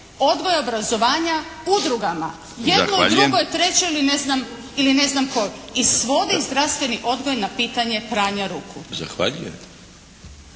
odgoja i obrazovanja udrugama jednoj, drugoj, trećoj ili ne znam kojoj i svodi zdravstveni odgoj na pitanje pranja ruku.